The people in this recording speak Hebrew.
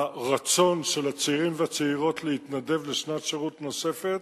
הרצון של הצעירים והצעירות להתנדב לשנת שירות נוספת